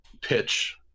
pitch